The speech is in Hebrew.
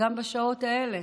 גם בשעות האלה,